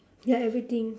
ya everything